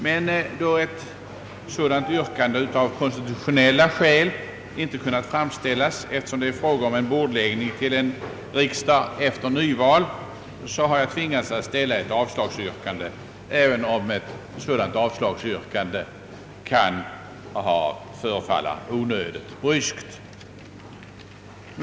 Men då ett sådant yrkande av konstitutionella skäl inte kunnat framställas, eftersom det gäller bordläggning till en riksdag efter nyval, har jag tvingats ställa ett avslagsyrkande, även om ett sådant yrkande kan förefalla onödigt bryskt.